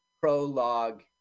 prologue